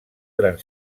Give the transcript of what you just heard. gran